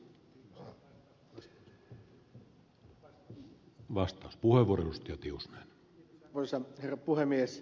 arvoisa herra puhemies